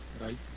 right